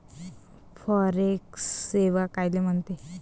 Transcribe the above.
Forex सेवा कायले म्हनते?